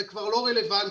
וזה כבר לא רלוונטי.